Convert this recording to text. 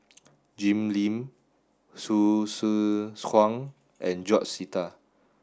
Jim Lim Hsu Tse Kwang and George Sita